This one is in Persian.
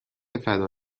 فدا